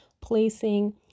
placing